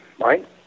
right